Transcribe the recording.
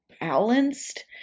balanced